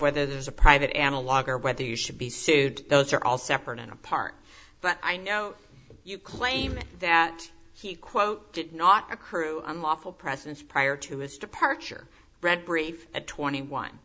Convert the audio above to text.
whether there's a private analog or whether you should be sued those are all separate and apart but i know you claim that he quote did not recruit unlawful presence prior to his departure read brief at twenty one